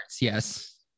Yes